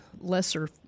lesser